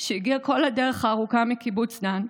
שהגיעה כל הדרך הארוכה מקיבוץ דן,